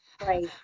right